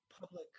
public